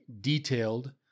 detailed